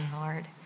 Lord